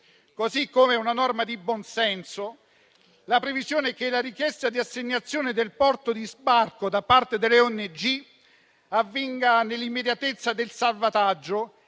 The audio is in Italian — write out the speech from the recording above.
modo è una norma di buon senso la previsione per cui la richiesta di assegnazione del porto di sbarco da parte delle ONG avvenga nell'immediatezza del salvataggio